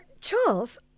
Charles